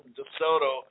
DeSoto